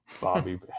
Bobby